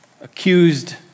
accused